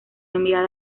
enviada